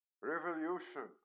revolution